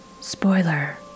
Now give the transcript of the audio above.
Spoiler